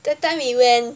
that time we went